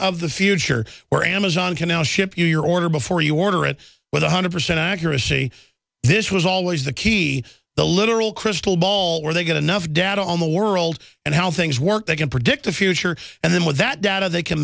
of the future where amazon can now ship you your order before you order it with one hundred percent accuracy this was always the key the literal crystal ball where they get enough data on the world and how things work they can predict the future and then with that data they can